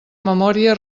memòria